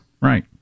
Right